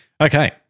Okay